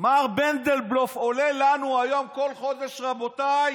מר מנדלבלוף עולה לנו היום כל חודש, רבותיי,